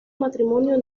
matrimonio